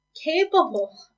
Capable